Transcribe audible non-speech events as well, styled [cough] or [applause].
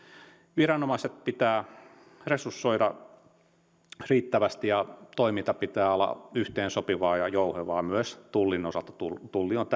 viranomaiset pitää resursoida riittävästi ja toiminnan pitää olla yhteensopivaa ja jouhevaa myös tullin osalta tulli tulli on [unintelligible]